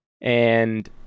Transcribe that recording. And-